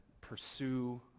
pursue